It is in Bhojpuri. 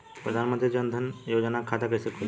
प्रधान मंत्री जनधन योजना के खाता कैसे खुली?